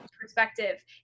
perspective